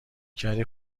کردی